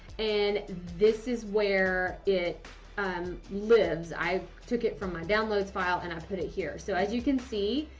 and this is where it um lives. i took it from my downloads file and i put it here. so as you can see,